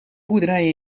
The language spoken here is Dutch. boerderijen